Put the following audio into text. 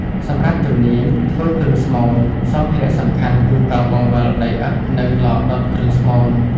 សម្រាប់ជំនាញ ធ្វើគ្រឿងស្មូន សម្ភារៈសំខាន់គឺកង់បង្វិលដីឥដ្ឋនិងឡដុតគ្រឿងស្មូន។